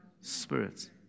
spirits